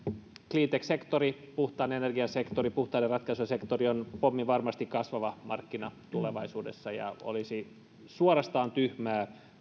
cleantech sektori puhtaan energian sektori puhtaiden ratkaisujen sektori on pomminvarmasti kasvava markkina tulevaisuudessa ja olisi suorastaan tyhmää